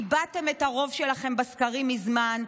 איבדתם את הרוב שלכם בסקרים מזמן,